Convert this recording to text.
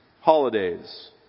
holidays